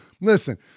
Listen